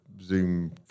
Zoom